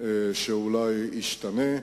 שאולי ישתנה,